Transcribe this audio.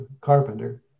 carpenter